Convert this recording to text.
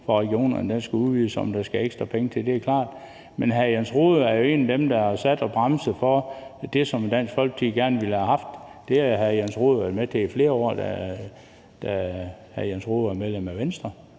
for regionerne skal udvides, og om der skal ekstra penge til, det er klart. Men hr. Jens Rohde er jo en af dem, der har sat en bremse for det, som Dansk Folkeparti gerne ville have haft. Det har hr. Jens Rohde jo været med til i flere år, da hr. Jens Rohde var medlem af Venstre